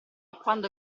quando